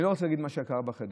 אני לא רוצה להגיד מה קרה בחדר.